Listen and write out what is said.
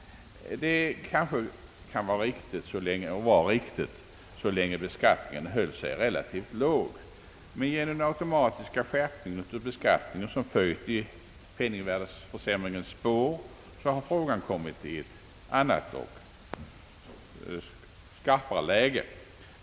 Detta kanske var riktigt så länge beskattningen hölls relativt låg, men genom den automatiska skärpning av skatterna som följer i penningvärdeförsämringens spår har frågan kommit i ett annat och besvärligare läge.